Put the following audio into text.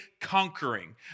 conquering